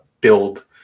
build